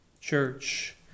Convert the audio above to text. church